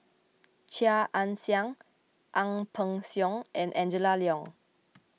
Chia Ann Siang Ang Peng Siong and Angela Liong